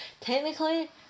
technically